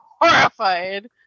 horrified